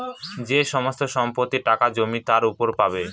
যে সমস্ত সম্পত্তি, টাকা, জমি তার উপর পাবো